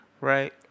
Right